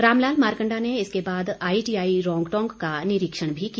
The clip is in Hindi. रामलाल मारकण्डा ने इसके बाद आईटीआई रौंग टौंग का निरीक्षण भी किया